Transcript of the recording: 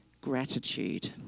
gratitude